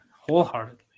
wholeheartedly